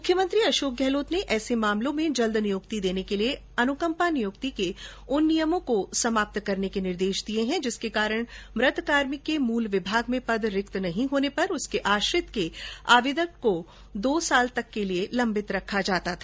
मुख्यमंत्री अंशोक गहलोत ने ऐसे मामलों में जल्द नियुक्ति देने के लिए अनुकंपा नियुक्ति के उन नियमों को समाप्त करने के निर्देश दिए हैं जिसके कारण मृत कार्मिक के मूल विभाग में पद रिक्त नहीं होने पर उसके आश्रित के आवेदन को दो साल तक के लिए लंबित रखा जाता था